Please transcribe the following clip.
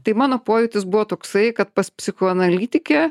tai mano pojūtis buvo toksai kad pas psichoanalitikę